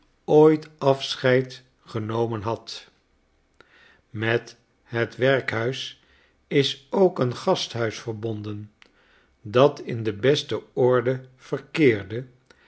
ooit afscheid genomen had met het werkhuis is ook een gasthuis verbonden dat in de beste orde verkeerde